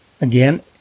again